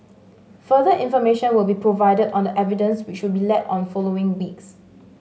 further information will be provided on the evidence which will be led on following weeks